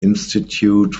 institute